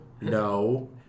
no